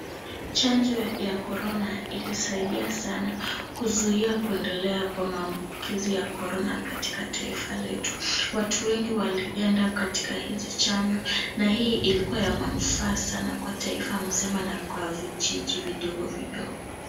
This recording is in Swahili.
Chanjo ya corona ilisaidia sana kuzuia kuendelea kwa maambukizi ya corona katika taifa letu. Watu wengi walienda katika hizi chanjo, na hii ilikuwa ya manufaa sana kwa taifa mzima na kwa vijiji vidogo vidogo.